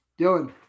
Dylan